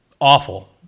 Awful